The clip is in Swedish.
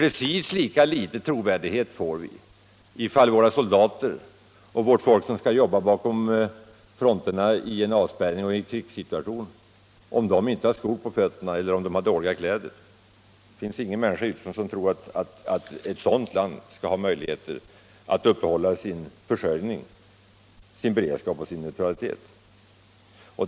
Precis lika litet trovärdighet får vi, om våra soldater och de som skall jobba bakom fronterna vid en avspärrning eller i en krigssituation saknar skor på fötterna eller har dåliga kläder. Ingen tror då att vårt land kan upphålla sin försörjning, beredskap och neutralitet.